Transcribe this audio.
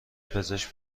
پزشک